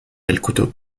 الكتب